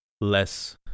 less